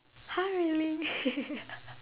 !huh! really